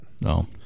No